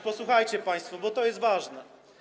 Posłuchajcie państwo, bo to jest ważne.